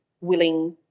willing